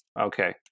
okay